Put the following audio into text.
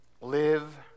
live